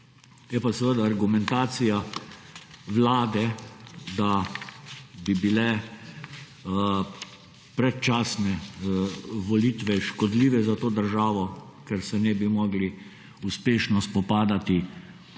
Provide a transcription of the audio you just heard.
Je pa seveda argumentacija vlade, da bi bile predčasne volitve škodljive za to državo, ker se ne bi mogli uspešno spopadati z